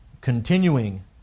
continuing